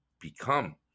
become